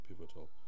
pivotal